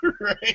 Right